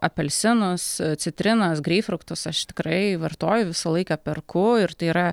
apelsinus citrinas greipfruktus aš tikrai vartoju visą laiką perku ir tai yra